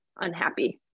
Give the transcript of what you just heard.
unhappy